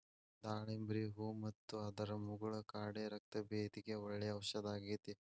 ದಾಳಿಂಬ್ರಿ ಹೂ ಮತ್ತು ಅದರ ಮುಗುಳ ಕಾಡೆ ರಕ್ತಭೇದಿಗೆ ಒಳ್ಳೆ ಔಷದಾಗೇತಿ